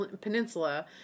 Peninsula